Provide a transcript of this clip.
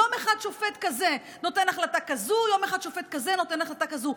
יום אחד שופט כזה נותן החלטה כזאת ויום אחד שופט כזה נותן החלטה כזאת.